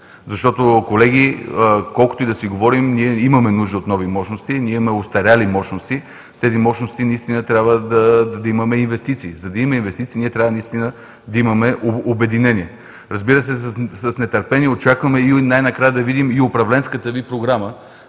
мощности. Колеги, колкото и да си говорим, ние имаме нужда от нови мощности. Ние имаме остарели мощности. Тези мощности –наистина трябва да има инвестиции. За да има инвестиции, трябва да имаме обединение. Разбира се, с нетърпение очакваме най-накрая да видим и управленската Ви програма,